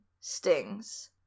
stings